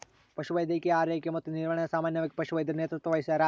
ಪಶುವೈದ್ಯಕೀಯ ಆರೈಕೆ ಮತ್ತು ನಿರ್ವಹಣೆನ ಸಾಮಾನ್ಯವಾಗಿ ಪಶುವೈದ್ಯರು ನೇತೃತ್ವ ವಹಿಸ್ತಾರ